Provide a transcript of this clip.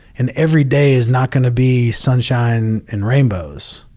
and every day is not going to be sunshine and rainbows.